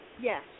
Yes